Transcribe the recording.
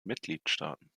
mitgliedstaaten